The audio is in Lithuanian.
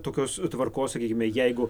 tokios tvarkos sakykime jeigu